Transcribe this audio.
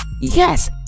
yes